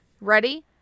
ready